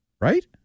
Right